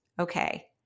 okay